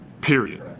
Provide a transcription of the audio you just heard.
period